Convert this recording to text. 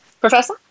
Professor